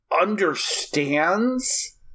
understands